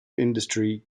industry